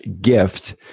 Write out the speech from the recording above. gift